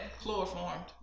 chloroformed